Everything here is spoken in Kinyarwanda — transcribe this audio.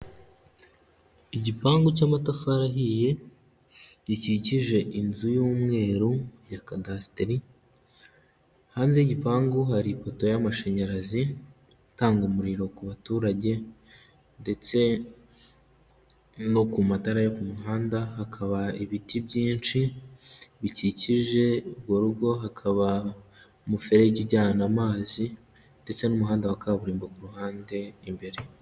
Igipangu cy'amatafari ahiye gikikije inzu y'umweru ya kadasiteri hanze y'igipangu hari ipoto y'amashanyarazi itanga umuriro ku baturage ndetse no ku matara yo ku muhanda hakaba ibiti byinshi bikikije urwo rugo, hakaba umuferege ujyana amazi ndetse n'umuhanda wa kaburimbo ku ruhande imbere.